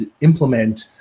implement